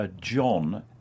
John